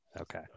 Okay